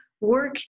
work